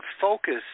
focus